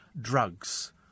drugs